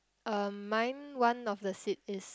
uh mine one of the seat is